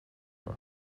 aura